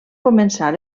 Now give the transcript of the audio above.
començar